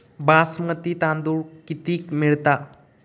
बासमती तांदूळ कितीक मिळता?